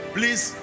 Please